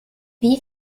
wie